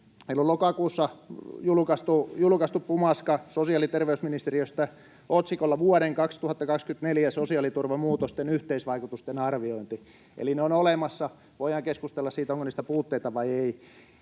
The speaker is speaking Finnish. lokakuussa julkaistu pumaska sosiaali‑ ja terveysministeriöstä otsikolla ”Vuoden 2024 sosiaaliturvamuutosten yhteisvaikutusten arviointi”, eli ne ovat olemassa. Voidaan keskustella siitä, onko niissä puutteita vai ei.